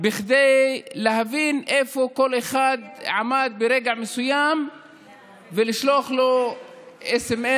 בכדי להבין איפה כל אחד עמד ברגע מסוים ולשלוח לו סמ"ס,